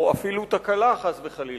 או אפילו תקלה, חס וחלילה.